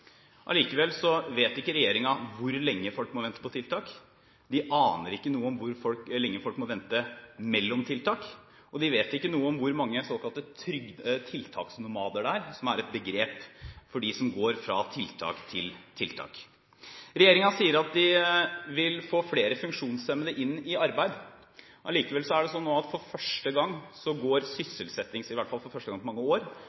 vet ikke regjeringen hvor lenge folk må vente på tiltak, de aner ikke noe om hvor lenge folk må vente mellom tiltak, og de vet ikke noe om hvor mange det er av såkalte tiltaksnomader, som er et begrep for folk som går fra tiltak til tiltak. Regjeringen sier at de vil få flere funksjonshemmede inn i arbeid. Likevel er det nå slik at for første gang på mange år går